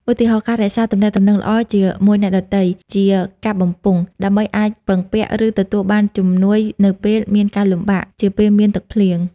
ឧទាហរណ៍ ការរក្សាទំនាក់ទំនងល្អជាមួយអ្នកដទៃ (ជាកាប់បំពង់) ដើម្បីអាចពឹងពាក់ ឬទទួលបានជំនួយនៅពេលមានការលំបាក (ជាពេលមានទឹកភ្លៀង)។